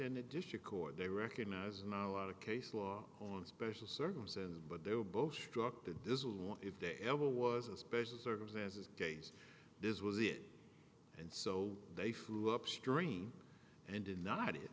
and the district court they recognize now out of case law on special circumstances but they were both struck that this will want if there ever was a special circumstances gaze this was it and so they flew upstream and did not it